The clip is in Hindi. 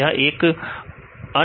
यहां एकअनिर्देशित लर्निंग है